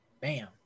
bam